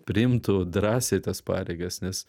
priimtų drąsiai tas pareigas nes